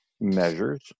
measures